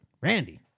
Randy